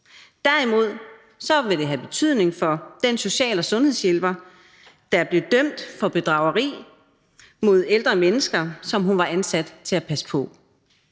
Derimod vil det have betydning for den social- og sundhedshjælper, der blev dømt for bedrageri mod ældre mennesker, som hun var ansat til at passe på.